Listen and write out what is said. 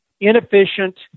inefficient